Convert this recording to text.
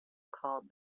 called